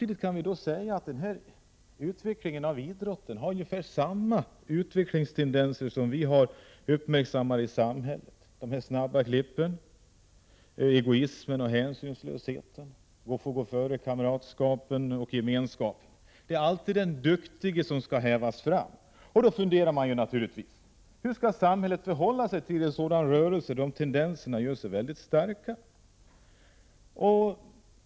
Den här utvecklingen av idrotten visar ungefär samma tendenser som vi har uppmärksammat i samhället i övrigt: De snabba klippen, egoismen och hänsynslösheten får gå före kamratskapet och gemenskapen. Det är alltid den duktige som skall framhävas. Hur skall samhället förhålla sig till en sådan rörelse där dessa tendenser gör sig mycket starka?